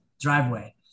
driveway